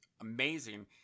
amazing